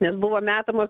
nes buvo metamos